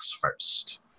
First